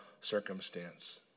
circumstance